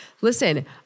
Listen